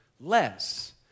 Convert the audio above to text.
less